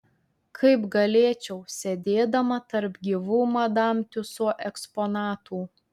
kaip galėčiau sėdėdama tarp gyvų madam tiuso eksponatų